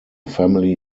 family